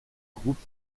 groupe